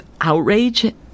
outrage